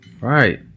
right